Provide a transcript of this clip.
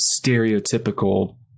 stereotypical